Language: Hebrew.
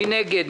מי נגד?